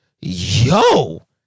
yo